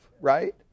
right